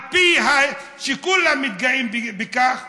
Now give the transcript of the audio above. כולם מתגאים בכך,